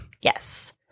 Yes